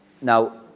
now